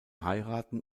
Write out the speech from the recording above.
heiraten